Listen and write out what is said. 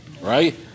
right